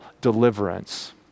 deliverance